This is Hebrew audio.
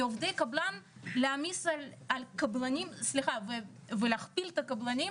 כי להעמיס על קבלנים ולהכפיל את הקבלנים,